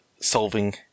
solving